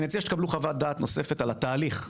אני מציע שתקבלו חוות דעת נוספת על התהליך.